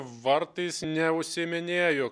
vartais neužsiiminėju